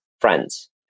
friends